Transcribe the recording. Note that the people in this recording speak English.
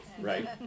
Right